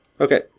Okay